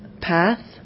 path